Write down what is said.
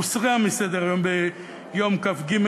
הוסרה מסדר-היום ביום כ"ג,